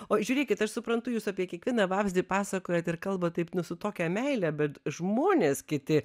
o žiūrėkit aš suprantu jūs apie kiekvieną vabzdį pasakojat ir kalbat taip nu su tokia meile bet žmonės kiti